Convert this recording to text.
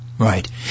Right